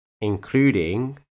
including